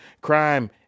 crime